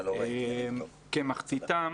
כמחציתם